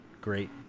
great